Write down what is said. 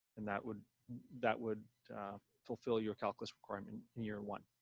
and that would that would fulfill your calculus requirement in year one.